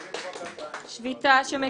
שביתה.